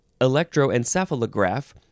electroencephalograph